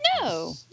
No